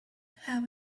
have